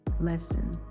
Lesson